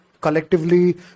collectively